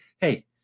hey